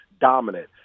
dominant